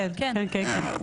להזכיר.